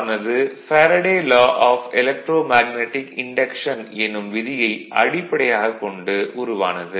ஆனது Faraday law of electromagnetic induction என்னும் விதியை அடிப்படையாகக் கொண்டு உருவானது